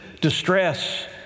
distress